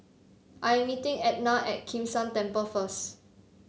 I am meeting Etna at Kim San Temple first